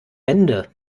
bände